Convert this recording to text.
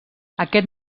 aquest